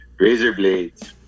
Razorblades